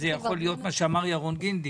שאמר ירון גינדי,